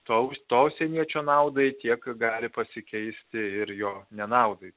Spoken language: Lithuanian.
to u to užsieniečio naudai tiek gali pasikeisti ir jo nenaudai